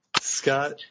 Scott